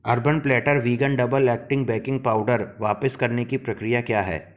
urban platter vegan double acting baking powder वापिस करने की प्रक्रिया क्या है